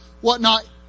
whatnot